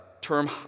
term